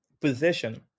position